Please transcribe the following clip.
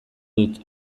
dut